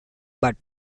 but